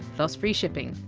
plus free shipping,